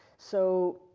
so,